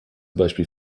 beispiel